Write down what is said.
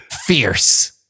fierce